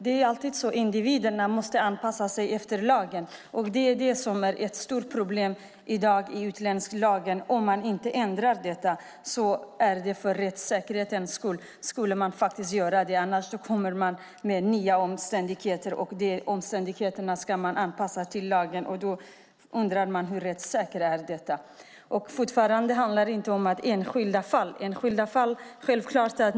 Det är alltid individerna som måste anpassa sig efter lagen, och det är ett stort problem i dag i utlänningslagen. För rättssäkerhetens skull bör man ändra detta. Annars kommer man med nya omständigheter, och dessa omständigheter ska man anpassa till lagen. Man kan undra hur rättssäkert detta är. Det handlar fortfarande inte om enskilda fall.